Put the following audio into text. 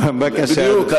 בדיוק.